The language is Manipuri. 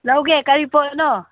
ꯂꯧꯒꯦ ꯀꯔꯤ ꯄꯣꯠꯅꯣ